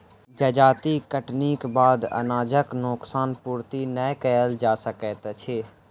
जजाति कटनीक बाद अनाजक नोकसान पूर्ति नै कयल जा सकैत अछि